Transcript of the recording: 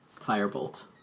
Firebolt